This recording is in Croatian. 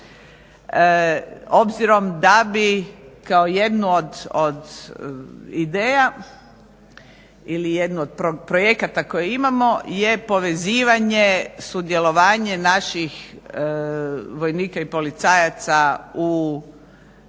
Obzirom da bi kao jednu od ideja ili jedan od projekata koje imamo je povezivanje sudjelovanje naših vojnika i policajaca u mirovnim